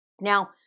Now